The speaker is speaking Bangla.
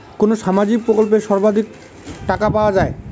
কোন সামাজিক প্রকল্পে সর্বাধিক টাকা পাওয়া য়ায়?